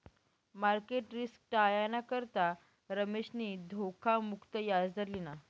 market risk टायाना करता रमेशनी धोखा मुक्त याजदर लिना